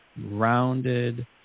rounded